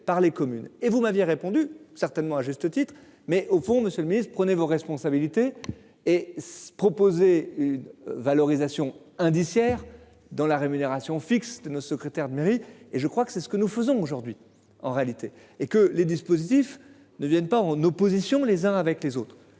par les communes et vous m'aviez répondu certainement à juste titre, mais au fond, Monsieur le Ministre, prenez vos responsabilités et se proposer une valorisation indiciaire dans la rémunération fixe de nos secrétaire de mairie. Et je crois que c'est ce que nous faisons aujourd'hui en réalité et que les dispositifs ne viennent pas en opposition les uns avec les autres